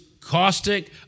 caustic